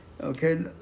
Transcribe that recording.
Okay